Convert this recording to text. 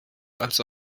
also